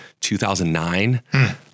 2009